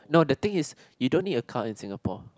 no the thing is you don't need a car in Singapore